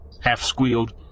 half-squealed